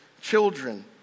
children